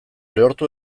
lehortu